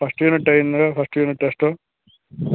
first unit అయిందిగా first unit test